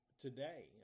Today